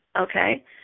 Okay